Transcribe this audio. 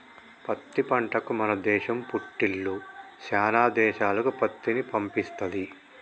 పత్తి పంటకు మన దేశం పుట్టిల్లు శానా దేశాలకు పత్తిని పంపిస్తది